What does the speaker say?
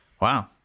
Wow